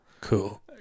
cool